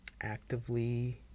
actively